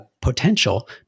potential